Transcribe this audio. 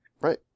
Right